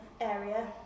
area